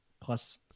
plus